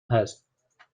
هست